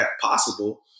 possible